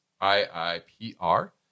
I-I-P-R